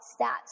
stats